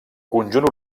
conjunt